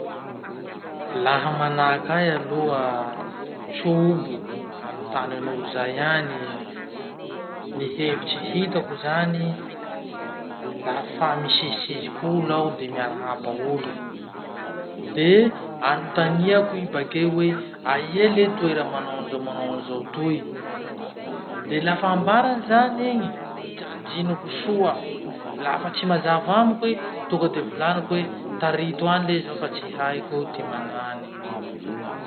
Laha manahaky ahy aloha trobo antanin'olo zay any: ny hevitry hitako zany, lafa misizisiziky olo aho de miarahaba olo, de anotaniako i bakeo hoe aia le toera manao anizao manao anizao toy. De lafa ambarany zany igny, janjinoko soa, lafa tsy mazava amiko i, tonga de volaniko hoe tarito any le zaho fa tsy haiko ty manany.